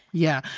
yeah.